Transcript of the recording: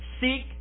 seek